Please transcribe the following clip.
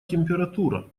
температура